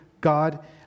God